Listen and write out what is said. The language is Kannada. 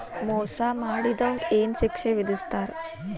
ಮೋಸಾ ಮಾಡಿದವ್ಗ ಏನ್ ಶಿಕ್ಷೆ ವಿಧಸ್ತಾರ?